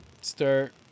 start